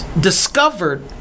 discovered